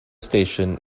station